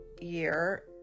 year